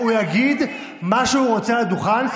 הוא יגיד מה שהוא רוצה על הדוכן,